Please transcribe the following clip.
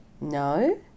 no